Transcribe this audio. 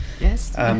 Yes